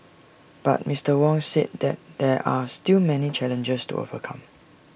but Mister Wong said that there are still many challenges to overcome